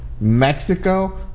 Mexico